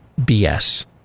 bs